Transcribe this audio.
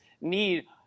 need